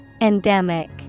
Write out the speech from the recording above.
Endemic